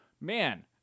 man